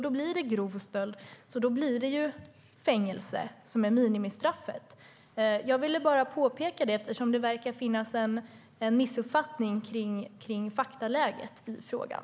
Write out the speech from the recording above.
Då är fängelsestraff ministraffet. Jag ville bara påpeka det, eftersom det verkar finnas en missuppfattning om faktaläget i frågan.